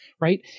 right